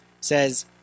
says